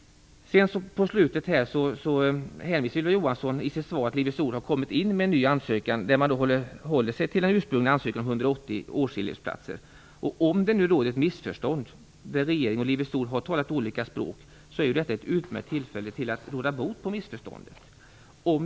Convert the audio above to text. I slutet av sitt svar hänvisade Ylva Johansson till att Livets Ord har kommit in med en ny ansökan, där man håller sig till den ursprungliga ansökan om 180 årselevplatser. Om det råder ett missförstånd på grund av att regeringen och Livets Ord har talat olika språk, är detta ett utmärkt tillfälle att råda bot på missförståndet.